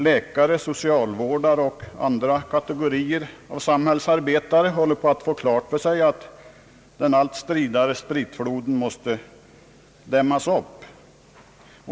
Läkare, socialvårdare och andra kategorier av samhällsarbetare håller på att få klart för sig att den allt stridare spritfloden måste dämmas upp.